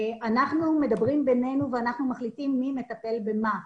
אנחנו מדברים בינינו ואנחנו מחליטים מי מטפל במה.